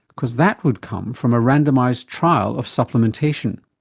because that would come from a randomised trial of supplementation.